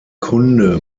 kunde